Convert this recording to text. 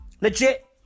Legit